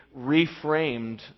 reframed